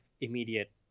immediate